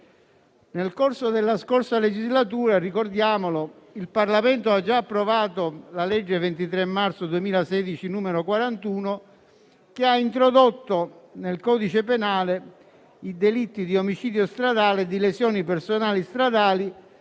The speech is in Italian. Nel corso della scorsa legislatura il Parlamento aveva già approvato la legge 23 marzo 2016, n. 41, che ha introdotto nel codice penale i delitti di omicidio stradale e di lesioni personali stradali,